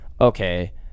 okay